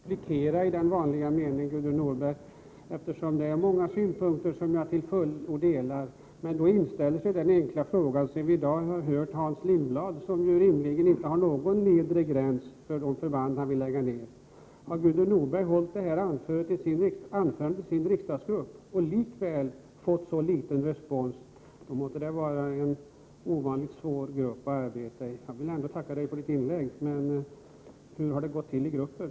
Fru talman! Jag skulle inte kunna replikera i vanlig mening på Gudrun Norbergs anförande, eftersom jag till fullo delar många synpunkter. Men sedan vi i dag har hört Hans Lindblad, som rimligen inte har någon nedre gräns för de förband han vill lägga ned, inställer sig den enkla frågan: Har Gudrun Norberg hållit detta anförande i sin riksdagsgrupp och likväl fått så liten respons? Då måste det vara en ovanligt svår grupp att arbeta i. Jag vill ändå tacka Gudrun Norberg för hennes inlägg. Men hur har det gått till i gruppen?